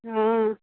অঁ